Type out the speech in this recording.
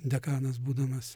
dekanas būdamas